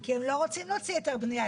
כי הם לא רוצים להוציא היתר בנייה,